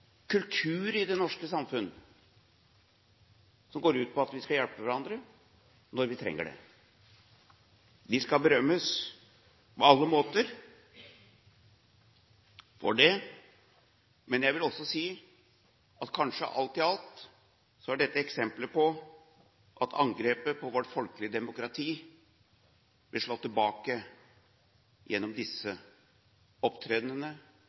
kultur i det norske samfunnet, som går ut på at vi skal hjelpe hverandre når vi trenger det. De skal berømmes på alle måter for det. Jeg vil også si at alt i alt er dette eksempler på at angrepet på vårt folkelige demokrati ble slått tilbake gjennom disse